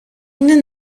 είναι